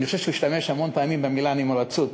אני חושב שהוא השתמש המון פעמים במילה נמרצות,